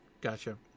Gotcha